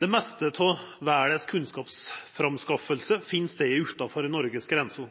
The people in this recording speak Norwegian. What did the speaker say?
Det meste av kunnskapsframskaffinga i verda finn stad utanfor Noregs grenser.